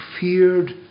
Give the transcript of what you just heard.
feared